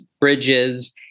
bridges